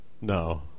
No